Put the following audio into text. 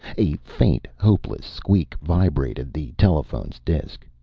a faint, hopeless squeak vibrated the telephone's disk.